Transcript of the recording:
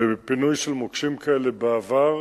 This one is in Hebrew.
בפינוי של מוקשים כאלה בעבר